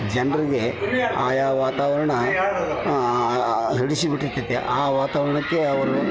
ಜನರಿಗೆ ಆಯಾ ವಾತಾವರಣ ಹಿಡಿಸಿ ಬಿಟ್ಟಿರ್ತದೆ ಆ ವಾತವರಣಕ್ಕೆ ಅವರು